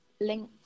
link